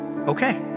Okay